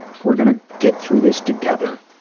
we're going to get through this together.